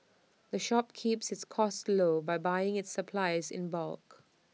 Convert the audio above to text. the shop keeps its costs low by buying its supplies in bulk